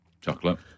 Chocolate